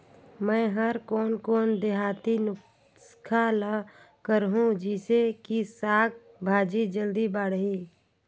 मै हर कोन कोन देहाती नुस्खा ल करहूं? जिसे कि साक भाजी जल्दी बाड़ही?